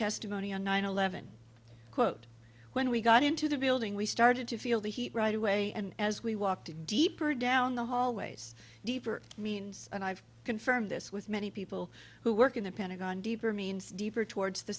testimony on nine eleven quote when we got into the building we started to feel the heat right away and as we walked deeper down the hallways deeper meanings and i've confirmed this with many people who work in the pentagon deeper means deeper towards the